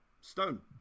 Stone